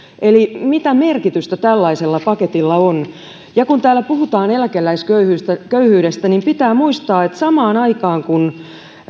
eli mitä merkitystä tällaisella paketilla on kun täällä puhutaan eläkeläisköyhyydestä niin pitää muistaa että samaan aikaan kun